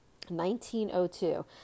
1902